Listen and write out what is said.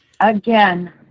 Again